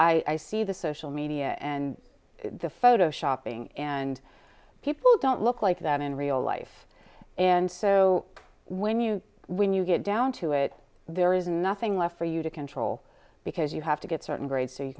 i see the social media and the photoshopping and people don't look like that in real life and so when you when you get down to it there is nothing left for you to control because you have to get certain grades so you